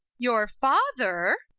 your father?